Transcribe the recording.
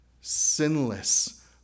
Sinless